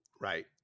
Right